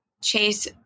chase